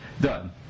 done